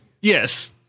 Yes